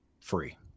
free